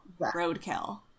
roadkill